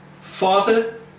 Father